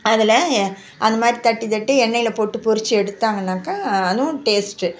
அதில் அந்த மாதிரி தட்டி தட்டி எண்ணெய்யில போட்டு பொறிச்சு எடுத்தாங்கனாக்கா அதுவும் டேஸ்ட்டு